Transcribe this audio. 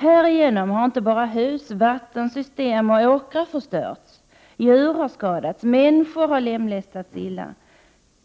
Härigenom har inte bara hus, vattensystem och åkrar förstörts. Djur har skadats, och människor har lemlästats illa.